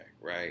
right